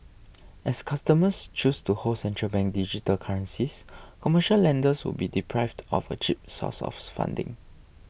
as customers choose to hold central bank digital currencies commercial lenders would be deprived of a cheap source of funding